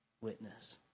witness